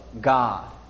God